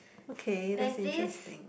okay that's interesting